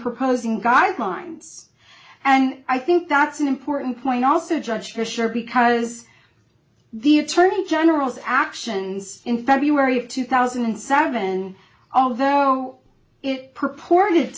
proposing guidelines and i think that's an important point also judge for sure because the attorney general's actions in february of two thousand and seven although it purported